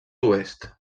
oest